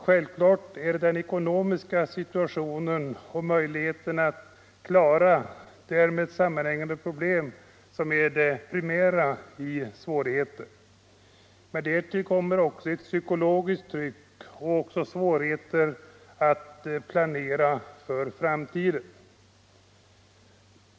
Självklart är det den ekonomiska situationen och möjligheterna att klara därmed sammanhängande problem som är den primära svårigheten. Men därtill kommer ett psykologiskt tryck inför svårigheterna och försämrade möjligheter till framtidsplanering.